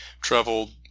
traveled